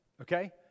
okay